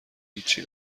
هیچی